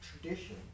tradition